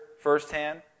firsthand